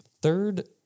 third